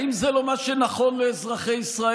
האם זה לא מה שנכון לאזרחי ישראל?